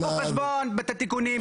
בלי שלקחו בחשבון את התיקונים,